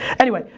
anyway,